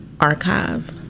archive